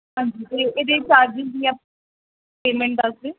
ਹਾਂਜੀ ਅਤੇ ਇਹਦੇ ਚਾਰਜਿਸ ਕੀ ਆ ਪੇਮੈਂਟ ਦੱਸ ਦਿਓ